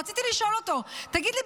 רציתי לשאול אותו: תגיד לי,